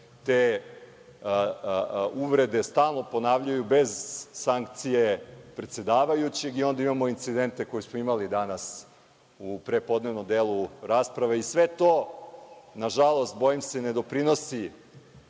te uvrede stalno ponavljaju bez sankcije predsedavajućeg. Onda imamo incidente koje smo imali danas u prepodnevnom delu rasprave i sve to, na žalost, bojim se ne doprinosi